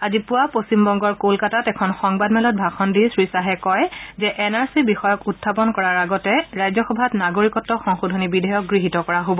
আজি পুৱা পশ্চিমবংগৰ কলকাতাত এখন সংবাদমেলত ভাষণ দি শ্ৰী খাহে কয় যে এন আৰ চি বিষয়ক উখাপন কৰাৰ আগতে ৰাজ্যসভাত নাগৰিকত্ব সংশোধনী বিধেয়ক গৃহীত কৰা হ'ব